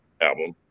album